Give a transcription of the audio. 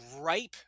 ripe